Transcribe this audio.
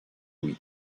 louis